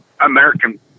American